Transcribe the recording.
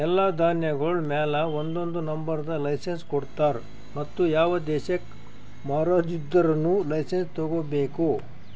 ಎಲ್ಲಾ ಧಾನ್ಯಗೊಳ್ ಮ್ಯಾಲ ಒಂದೊಂದು ನಂಬರದ್ ಲೈಸೆನ್ಸ್ ಕೊಡ್ತಾರ್ ಮತ್ತ ಯಾವ ದೇಶಕ್ ಮಾರಾದಿದ್ದರೂನು ಲೈಸೆನ್ಸ್ ತೋಗೊಬೇಕು